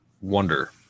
wonder